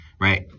right